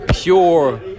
pure